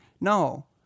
no